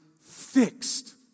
fixed